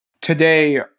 Today